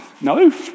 no